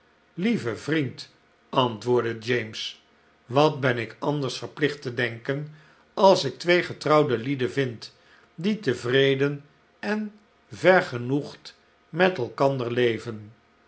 lieve vriend antwoordde james wat ben ik anders verphcht te denken als ik twee getrouwde lieden vind die tevreden en vergenoegd met elkander leven